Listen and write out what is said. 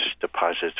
deposits